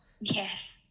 Yes